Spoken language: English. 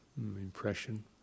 impression